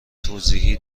توضیحی